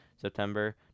September